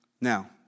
Now